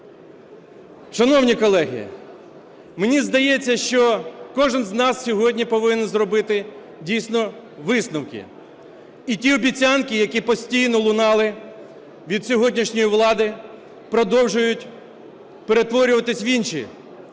Шановні колеги, мені здається, що кожен з нас сьогодні повинен зробити дійсно висновки, і ті обіцянки, які постійно лунали від сьогоднішньої влади, продовжують перетворюватися в інші.